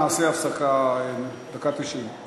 נעשה הפסקה, הדקה התשעים.